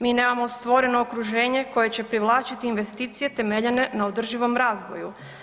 Mi nemamo stvoreno okruženje koje će privlačiti investicije temeljene na održivom razvoju.